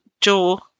Joe